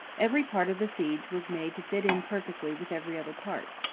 every part of the siege was made to fit in perfectly with every other part.